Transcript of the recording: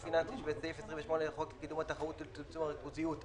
פיננסי" שבסעיף 28 לחוק לקידום התחרות ולצמצום הריכוזיות,